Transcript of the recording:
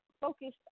focused